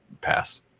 pass